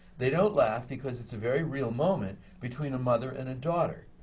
they don't laugh, because it's a very real moment between a mother and a daughter,